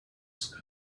sky